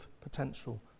potential